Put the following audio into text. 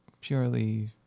purely